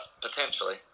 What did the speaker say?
potentially